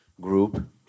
Group